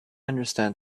understand